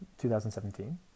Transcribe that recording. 2017